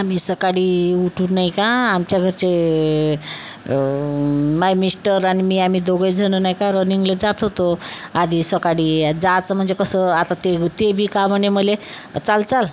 आम्ही सकाळी उठून नाही का आमच्या घरचे माझे मिस्टर आणि मी आम्ही दोघजणं नाही का रनिंगला जात होतो आधी सकाळी जायचं म्हणजे कसं आता ते ते बी का म्हणे मले चाल चाल